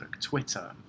Twitter